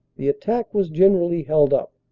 the attack was generally held up.